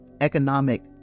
economic